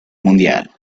mundial